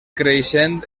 creixent